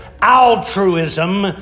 altruism